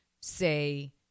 say